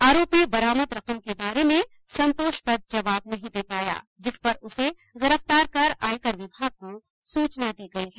आरोपी बरामद रकम के बारे में संतोषप्रद जवाब नहीं दे पाया जिस पर उसे गिरफ्तार कर आयकर विभाग को सूचना दी गई है